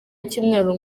icyumweru